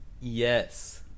yes